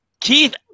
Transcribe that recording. Keith